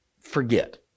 forget